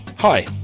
Hi